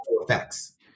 effects